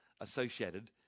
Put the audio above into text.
associated